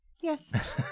Yes